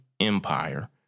Empire